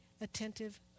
attentive